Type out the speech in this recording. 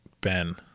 Ben